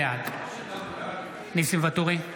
בעד ניסים ואטורי,